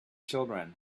children